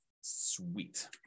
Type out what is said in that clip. Sweet